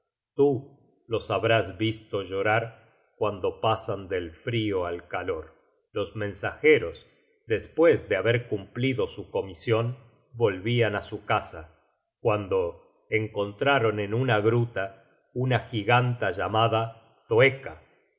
tú los habrás visto llorar cuando pasan del frio al calor los mensajeros despues de haber cumplido su comision volvian á su casa cuando encontraron en una gruta una giganta llamada